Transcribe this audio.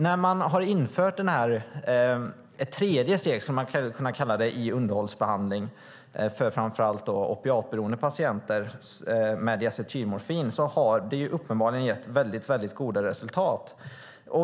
När man har infört ett tredje steg, skulle man kunna kalla det, med diacetylmorfin i underhållsbehandlingen för framför allt opiatberoende patienter har det uppenbarligen gett väldigt goda resultat.